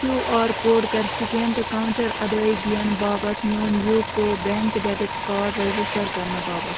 کیو R code کَر scan تہٕ counter اَدٲے گِیَن باپَتھ میون UCO bank debit card register کَرنہٕ باپَتھ